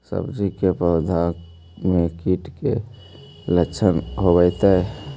सब्जी के पौधो मे कीट के लच्छन होबहय?